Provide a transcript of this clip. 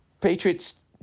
Patriots